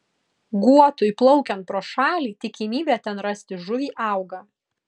guotui plaukiant pro šalį tikimybė ten rasti žuvį auga